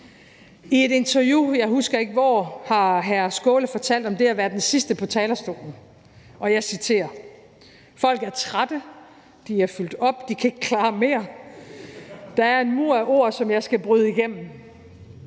I et interview – jeg husker ikke hvor – har hr. Sjúrður Skaale fortalt om det at være den sidste på talerstolen, og jeg citerer: Folk er trætte, de er fyldt op, de kan ikke klare mere. Der er en mur af ord, som jeg skal bryde igennem.